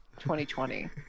2020